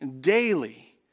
daily